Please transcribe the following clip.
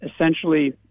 Essentially